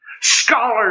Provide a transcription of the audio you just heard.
scholars